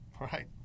Right